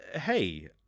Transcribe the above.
hey